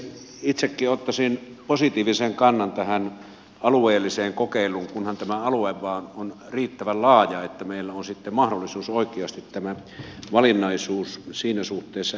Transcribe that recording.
itsekin ottaisin positiivisen kannan tähän alueelliseen kokeiluun kunhan tämä alue vain on riittävän laaja niin että meillä on sitten mahdollisuus oikeasti tämä valinnaisuus siinä suhteessa järjestää